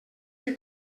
que